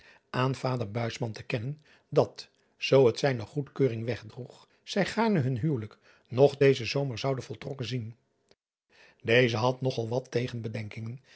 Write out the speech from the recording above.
aan vader te kennen dat zoo het zijne goedkeuring wegdroeg zij gaarne hun huwelijk nog dezen zomer zouden voltrokken zien eze had nog al wat tegenbedenkingen